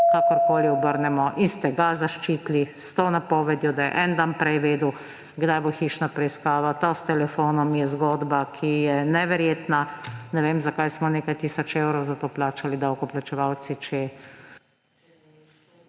kakorkoli obrnemo, in ste ga zaščitili s to napovedjo, da je en dan prej vedel, kdaj bo hišna preiskava. To s telefonom je zgodba, ki je neverjetna. Ne vem, zakaj smo nekaj tisoč evrov za to plačali davkoplačevalci, če